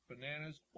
Bananas